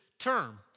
term